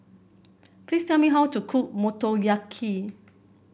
please tell me how to cook Motoyaki